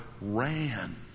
ran